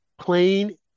plain